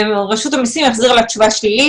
ורשות המסים החזירה לה תשובה שלילית.